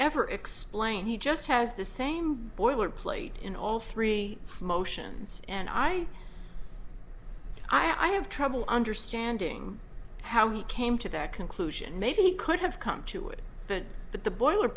ever explained he just has the same boilerplate in all three motions and i i have trouble understanding how he came to that conclusion maybe he could have come to it but that the boiler